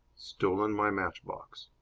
stolen my matchbox.